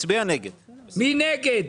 מי נמנע?